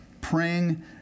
Praying